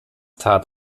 tat